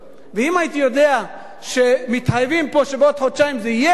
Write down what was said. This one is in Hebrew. ואם הייתי יודע שמתחייבים פה שבעוד חודשיים זה יהיה,